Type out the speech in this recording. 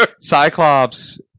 Cyclops